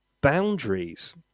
boundaries